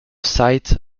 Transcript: site